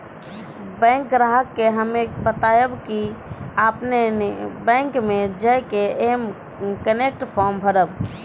bank ग्राहक के हम्मे बतायब की आपने ने बैंक मे J K M connect form भरबऽ